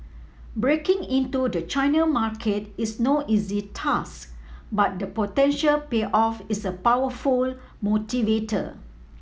breaking into the China market is no easy task but the potential payoff is a powerful motivator